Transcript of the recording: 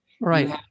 Right